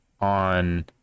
on